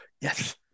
yes